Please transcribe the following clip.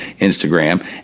Instagram